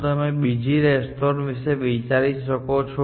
શું તમે બીજી રેસ્ટોરન્ટ વિશે વિચારી શકો છો